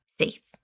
safe